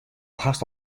hast